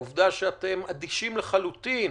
העובדה שאתם אדישים לחלוטין